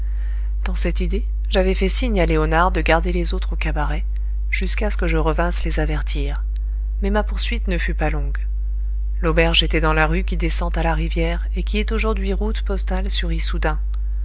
dans cette idée j'avais fait signe à léonard de garder les autres au cabaret jusqu'à ce que je revinsse les avertir mais ma poursuite ne fut pas longue l'auberge était dans la rue qui descend à la rivière et qui est aujourd'hui route postale sur issoudun